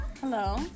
hello